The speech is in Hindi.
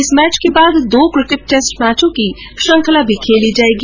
इस मैच के बाद दो क्रिकेट टैस्ट मैचों की सीरीज भी खेली जायेगी